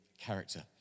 character